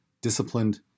disciplined